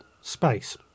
space